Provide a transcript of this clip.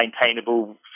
maintainable